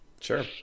Sure